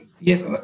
Yes